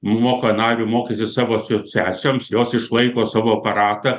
moka nario mokestį savo asociacijoms jos išlaiko savo aparatą